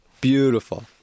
Beautiful